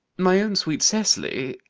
my own sweet cecily,